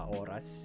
oras